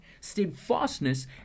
Steadfastness